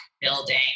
building